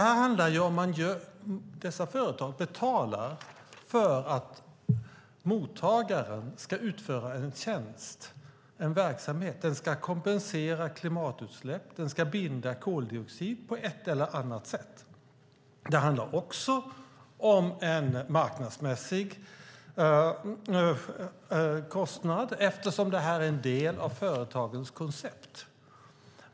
Här handlar det om att dessa företag betalar för att mottagaren ska utföra en tjänst, en verksamhet. Det ska kompensera klimatutsläpp, det ska binda koldioxid på ett eller annat sätt. Det handlar också om en marknadsmässig kostnad eftersom det här är en del av företagens koncept.